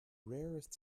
rarest